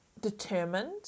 determined